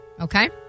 Okay